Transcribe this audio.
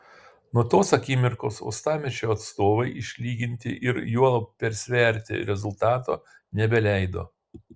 nuo tos akimirkos uostamiesčio atstovai išlyginti ir juolab persverti rezultato nebeleido